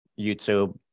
YouTube